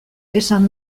esan